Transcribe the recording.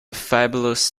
fabulous